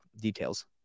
details